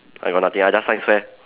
I got nothing I just science fair